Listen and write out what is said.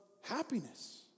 happiness